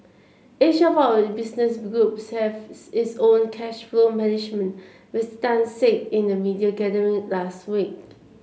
each of our business groups has its own cash flow management Mister Tan say in the media gathering last week